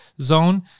Zone